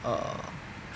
err